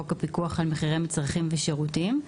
חוק הפיקוח על מצרכים ושירותים.